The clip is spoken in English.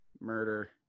murder